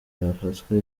yafatwa